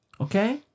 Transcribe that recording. Okay